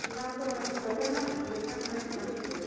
نَمتہٕ منٛز چھِ لگان نَمَتھ پٔرسَنٛٹ میٚڈِسَن سٕے یوت